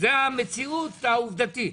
זה המציאות העובדתית.